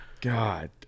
God